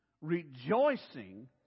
rejoicing